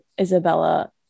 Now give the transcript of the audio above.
Isabella